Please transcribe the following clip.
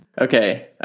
okay